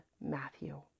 Matthew